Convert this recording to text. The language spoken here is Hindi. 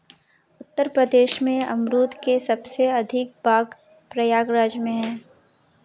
उत्तर प्रदेश में अमरुद के सबसे अधिक बाग प्रयागराज में है